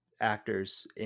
actors